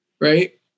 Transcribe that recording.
right